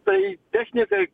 tai technikai